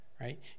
right